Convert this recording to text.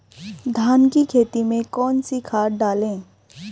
धान की खेती में कौन कौन सी खाद डालें?